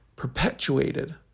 perpetuated